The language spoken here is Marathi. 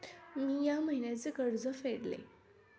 मी या महिन्याचे कर्ज फेडले